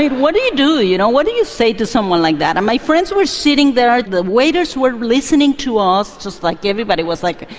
what do you do? you know what do you say to someone like that? and my friends were sitting there, the waiters were listening to us, just like everybody was, like,